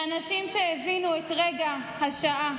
לאנשים שהבינו את גודל השעה